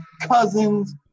cousins